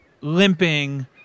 limping